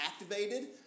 activated